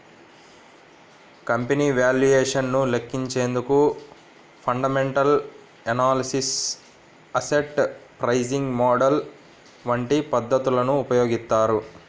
company valuation ను లెక్కించేందుకు fundamental analysis, asset pricing model వంటి పద్ధతులను ఉపయోగిస్తారు